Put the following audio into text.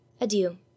Adieu